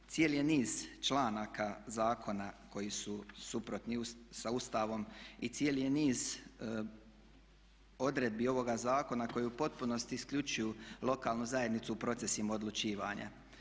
Cijeli je niz članaka zakona koji su suprotni sa Ustavom i cijeli je niz odredbi ovoga zakona koji u potpunosti isključuju lokalnu zajednicu u procesima odlučivanja.